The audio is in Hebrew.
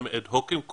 הדיונים הם אד-הוקים,